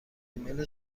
ریمیل